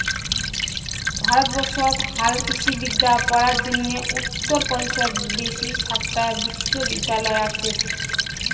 ভারতবর্ষত হালকৃষিবিদ্যা পড়ার জইন্যে উত্তর পদেশত বেশি সাতটা বিশ্ববিদ্যালয় আচে